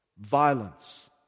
Violence